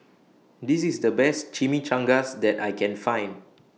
This IS The Best Chimichangas that I Can Find